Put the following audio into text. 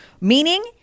meaning